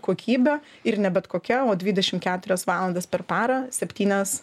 kokybė ir ne bet kokia o dvidešim keturias valandas per parą septynias